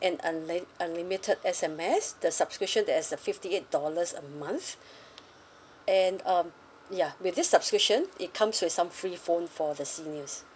and unli~ unlimited S_M_S the subscription that is uh fifty eight dollars a month and um ya with this subscription it comes with some free phone for the seniors